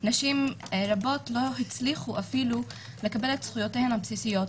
נשים רבות לא הצליחו אפילו לקבל את זכויותיהן הבסיסיות,